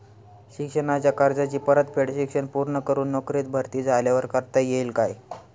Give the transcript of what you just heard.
शिक्षणाच्या कर्जाची परतफेड शिक्षण पूर्ण करून नोकरीत भरती झाल्यावर करता येईल काय?